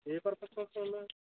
ఏ పర్పస్కి కావాలి